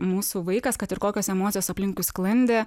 mūsų vaikas kad ir kokios emocijos aplinkui sklandė